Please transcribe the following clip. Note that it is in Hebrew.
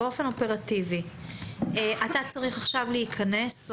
באופן אופרטיבי אתה צריך עכשיו להיכנס,